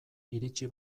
iritsi